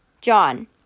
John